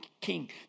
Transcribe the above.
king